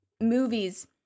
movies